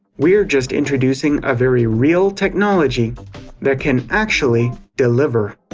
we're just introducing a very real technology that can actually deliver.